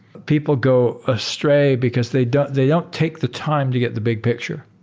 people go astray because they don't they don't take the time to get the big picture.